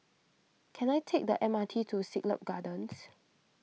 can I take the M R T to Siglap Gardens